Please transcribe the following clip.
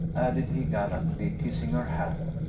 added he, gallantly kissing her hand,